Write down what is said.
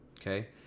Okay